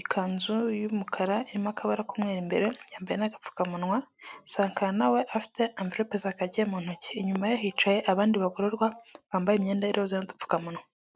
ikanzu y'umukara irimo akabara k'umweru imbere, yambeye n'agapfukamunwa, Sankara nawe we afite amverope za kake mu ntoki inyuma ye hicaye abandi bagororwa bambaye imyenda y'iroza n'udupfukamunwa.